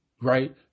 Right